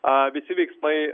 a visi veiksmai